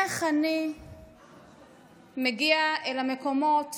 איך אני מגיע אל המקומות